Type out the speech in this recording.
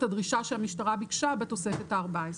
הדרישה שהמשטרה ביקשה בתוספת הארבע-עשרה.